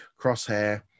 Crosshair